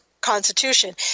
constitution